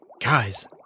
Guys